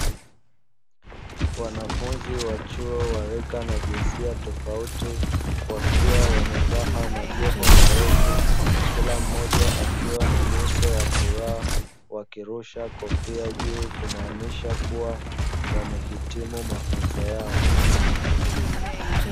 Wanafunzi wa chuo wa rika na jinsia tofauti, wakiwa wamevaa majoho marefu, kila mmoja akiwa na nyuso ya furaha, wakirusha kofia juu, kumaanisha kuwa wamehitimu mafunzo yao.